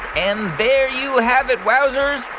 and there you have it, wowzers.